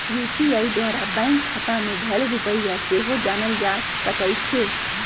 UPI द्वारा bank खता में धएल रुपइया सेहो जानल जा सकइ छै